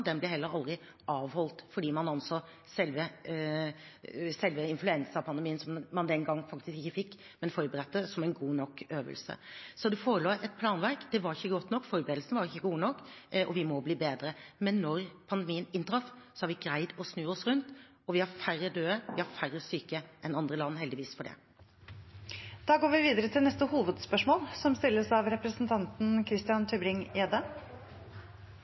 Den ble heller aldri avholdt, fordi man anså selve influensapandemien – som man den gang faktisk ikke fikk, men som man forberedte seg på – som en god nok øvelse. Så det forelå et planverk. Det var ikke godt nok. Forberedelsene var ikke gode nok, og vi må bli bedre. Men da pandemien inntraff, greide vi å snu oss rundt. Vi har færre døde og syke enn andre land – heldigvis for det. Vi går videre til neste hovedspørsmål. Å stemme Iran inn i FNs kommisjon for beskyttelse av